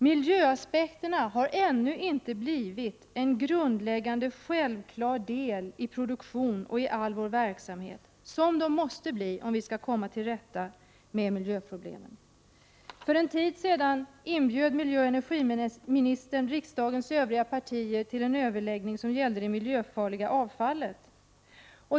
Miljöaspekterna har ännu inte blivit en grundläggande självklar del i produktion och i all vår verksamhet, som de måste bli om vi skall komma till rätta med miljöproblemen. För en tid sedan inbjöd miljöoch energiministern riksdagens övriga partier till en överläggning som gällde det miljöfarliga avfallet.